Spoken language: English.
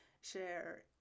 share